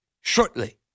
shortly